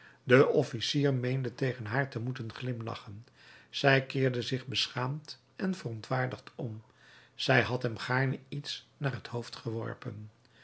de officier meende tegen haar te moeten glimlachen zij keerde zich beschaamd en verontwaardigd om zij had hem gaarne iets naar het hoofd geworpen